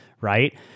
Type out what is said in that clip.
right